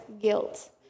guilt